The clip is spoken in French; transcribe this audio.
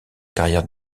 carrière